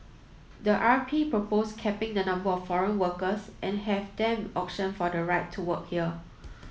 the R P proposed capping the number of foreign workers and have them auction for the right to work here